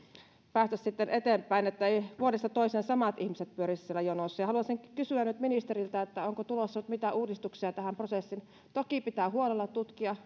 päästäisiin eteenpäin jotta vuodesta toiseen samat ihmiset eivät pyörisi siellä jonossa haluaisinkin kysyä nyt ministeriltä onko tulossa nyt mitään uudistuksia tähän prosessiin toki pitää huolella tutkia